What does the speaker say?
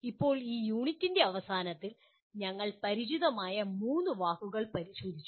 ഇപ്പോൾ ഈ യൂണിറ്റിന്റെ അവസാനത്തിൽ ഞങ്ങൾ പരിചിതമായ മൂന്ന് വാക്കുകൾ പരിശോധിച്ചു